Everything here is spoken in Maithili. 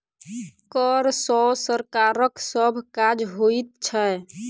कर सॅ सरकारक सभ काज होइत छै